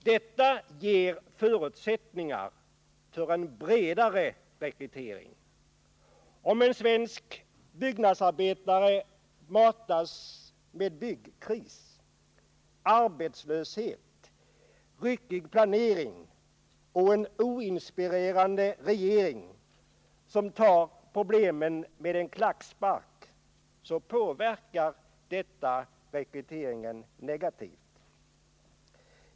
Detta ger förutsättningar för en bredare rekrytering. Om de svenska byggnadsarbetarna matas med sådant som byggkris, arbetslöshet, ryckig planering och en oinspirerande regering som tar problemen med en klackspark, så påverkar detta rekryteringen negativt.